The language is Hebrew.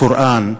הקוראן,